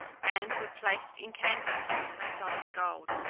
and were placed in candlesticks of solid gold.